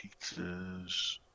Pizzas